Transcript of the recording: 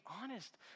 honest